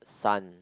sun